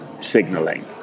signaling